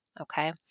Okay